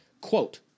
Quote